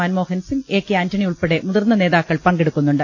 Manmohan Singh A K Antony ഉൾപ്പെടെ മുതിർന്ന നേതാക്കൾ പങ്കെ ടുക്കുന്നുണ്ട്